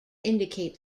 indicate